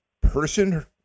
person